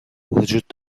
وجود